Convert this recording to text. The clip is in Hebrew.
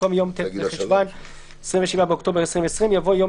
במקום "יום ט' בחשוון התשפ"א 27 באוקטובר 2020 יבוא "יום